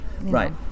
Right